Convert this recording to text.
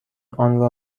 آنرا